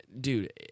dude